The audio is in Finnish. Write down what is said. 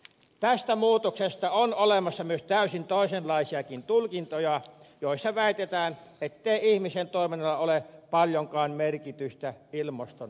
tästä muutoksesta on olemassa myös täysin toisenlaisiakin tulkintoja joissa väitetään ettei ihmisen toiminnoilla ole paljonkaan merkitystä ilmaston lämpenemiseen